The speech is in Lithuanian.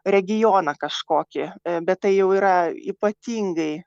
regioną kažkokį bet tai jau yra ypatingai